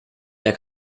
der